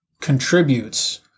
contributes